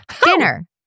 dinner